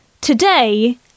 today